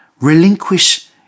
Relinquish